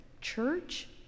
church